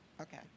Okay